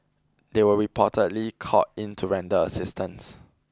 they were reportedly called in to render assistance